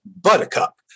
Buttercup